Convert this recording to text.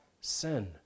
sin